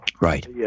Right